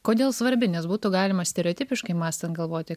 kodėl svarbi nes būtų galima stereotipiškai mąstant galvoti